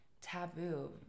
taboo